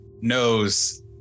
knows